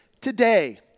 today